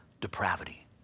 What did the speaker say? depravity